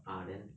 uh then